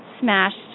smashed